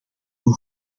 een